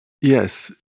Yes